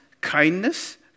kindness